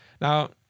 Now